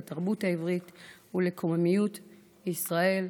לתרבות העברית ולקוממיות ישראל.